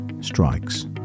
strikes